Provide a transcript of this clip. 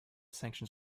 sanctions